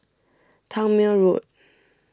Tangmere Road